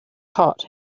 hot